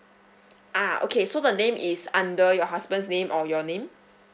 ah okay so the name is under your husband's name or your name